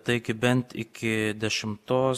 tai iki bent iki dešimtos